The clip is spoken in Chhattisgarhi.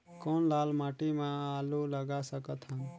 कौन लाल माटी म आलू लगा सकत हन?